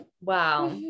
Wow